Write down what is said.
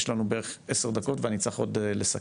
יש לנו בערך 10 דקות ואני צריך עוד לסכם.